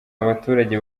abaturage